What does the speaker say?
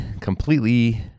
completely